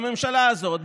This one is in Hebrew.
בממשלה הזאת,